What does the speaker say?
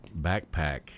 backpack